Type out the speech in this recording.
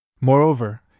Moreover